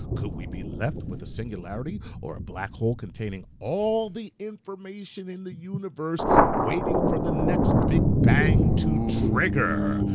could we be left with a singularity or a black hole containing all the information in the universe waiting for the next big bang to trigger? oooh.